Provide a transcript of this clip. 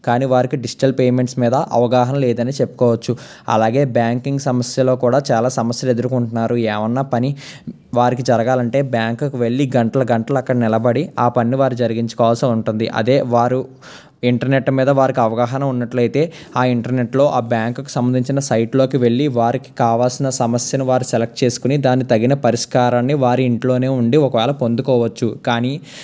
కానీ వారికి digital payments మీద అవగాహన లేదనే చెప్పుకోవచ్చు అలాగే బ్యాంకింగ్ సమస్యలు కూడా చాలా సమస్యలు ఎదుర్కొంటున్నారు ఏమన్నా పని వారికి జరగాలంటే బ్యాంకుకు వెళ్ళి గంటల గంటలు అక్కడ నిలబడి ఆ పని వారికి జరిగించుకోవాల్సి ఉంటుంది అదే వారు ఇంటర్నెట్ మీద వారికి అవగాహన ఉన్నట్లయితే ఆ ఇంటర్నెట్లో ఆ బ్యాంకుకు సంబంధించిన సైట్లోకి వెళ్ళి వారికి కావాల్సిన సమస్యల వారి సెలెక్ట్ చేసుకుని దాన్ని తగిన పరిష్కారాన్ని వారి ఇంట్లోనే ఉండి ఒకవేళ పొందుకోవచ్చు కానీ